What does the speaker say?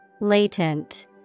Latent